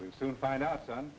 we've soon find out on